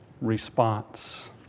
response